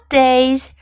days